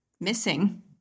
missing